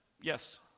Yes